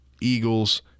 Eagles